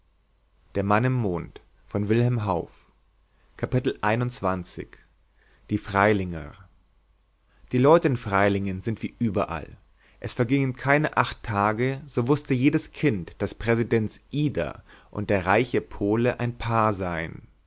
die freilinger die leute in freilingen sind wie überall es vergingen keine acht tage so wußte jedes kind daß präsidents ida und der reiche pole ein paar seien